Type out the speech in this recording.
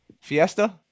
Fiesta